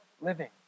living